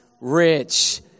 Rich